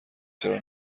چرا